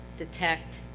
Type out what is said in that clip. detect,